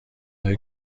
های